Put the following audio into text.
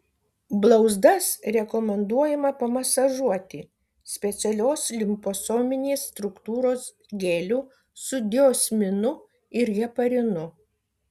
blauzdas rekomenduojama pamasažuoti specialios liposominės struktūros geliu su diosminu ir heparinu